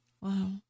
Wow